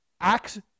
Acts